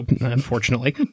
unfortunately